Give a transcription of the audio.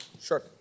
Sure